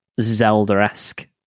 Zelda-esque